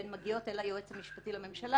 והן מגיעות אל היועץ המשפטי לממשלה,